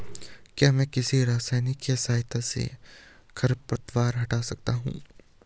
क्या मैं किसी रसायन के सहायता से खरपतवार हटा सकता हूँ?